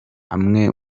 amwe